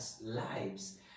lives